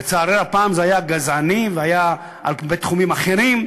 לצערי, הפעם זה היה גזעני והיה בתחומים אחרים,